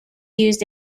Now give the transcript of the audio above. used